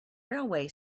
railway